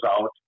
out